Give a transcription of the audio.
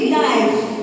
life